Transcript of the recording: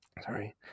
Sorry